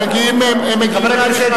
הם מגיעים בהליכה,